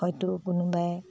হয়টো কোনোবাই